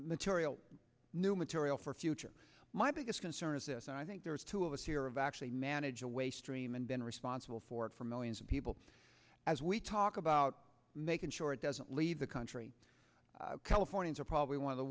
material new material for future my biggest concern is this and i think there's two of us here of actually manage a way stream and been responsible for it for millions of people as we talk about making sure it doesn't leave the country californians are probably one of the